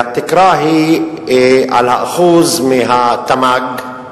והתקרה היא על האחוז מהתמ"ג,